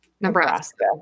Nebraska